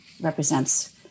represents